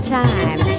time